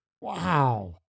Wow